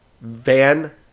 Van